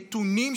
נתונים,